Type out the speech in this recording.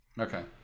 Okay